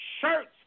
shirts